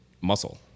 muscle